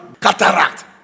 cataract